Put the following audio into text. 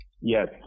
Yes